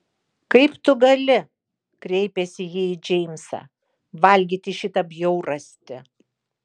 kaip tu gali kreipėsi ji į džeimsą valgyti šitą bjaurastį